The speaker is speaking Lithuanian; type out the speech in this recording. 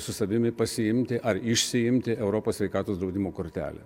su savimi pasiimti ar išsiimti europos sveikatos draudimo kortelę